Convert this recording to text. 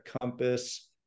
Compass